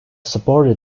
supported